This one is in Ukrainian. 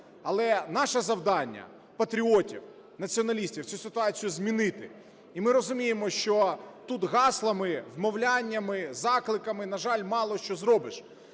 Але наше завдання, патріотів, націоналістів, цю ситуацію змінити. І ми розуміємо, що тут гаслами, вмовляннями, закликами, на жаль, мало що зробиш.